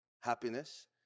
happiness